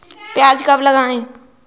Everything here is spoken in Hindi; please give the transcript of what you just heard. प्याज कब लगाएँ?